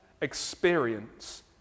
experience